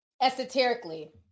esoterically